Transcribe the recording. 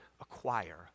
acquire